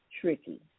tricky